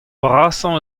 brasañ